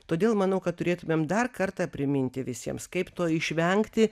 todėl manau kad turėtumėm dar kartą priminti visiems kaip to išvengti